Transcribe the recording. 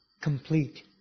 complete